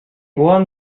ohren